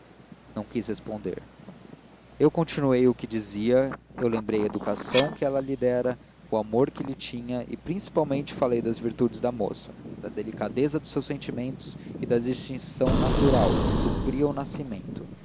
não quis responder eu continuei o que dizia lembrei a educação que ela lhe dera o amor que lhe tinha e principalmente falei das virtudes da moça da delicadeza dos seus sentimentos e da distinção natural que supria o nascimento